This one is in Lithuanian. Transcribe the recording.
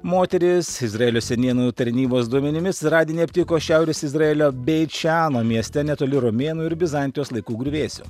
moteris izraelio senienų tarnybos duomenimis radinį aptiko šiaurės izraelio beičeno mieste netoli romėnų ir bizantijos laikų griuvėsių